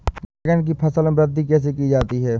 बैंगन की फसल में वृद्धि कैसे की जाती है?